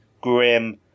grim